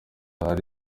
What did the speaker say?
ahari